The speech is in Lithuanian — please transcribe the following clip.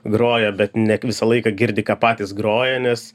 groja bet ne k visą laiką girdi ką patys groja nes